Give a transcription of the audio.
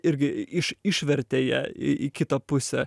irgi iš išvertė ją į į kitą pusę